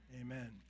Amen